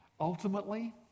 ultimately